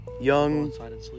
young